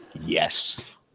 Yes